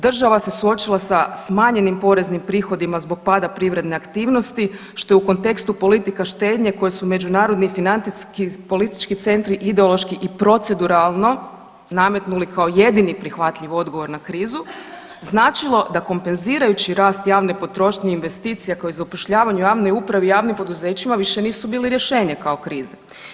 Država se suočila sa smanjenim poreznim prihodima zbog pada privredne aktivnosti što je u kontekstu politika štednje koje su međunarodni i financijski i politički centri ideološki i proceduralno nametnuli kao jedini prihvatljiv odgovor na krizu značilo da kompenzirajući rast javne potrošnje i investicija koje za zapošljavanje u javnoj upravi i javnim poduzećima više nisu bili rješenje kao kriza.